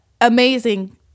amazing